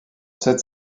cette